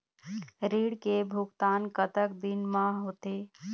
ऋण के भुगतान कतक दिन म होथे?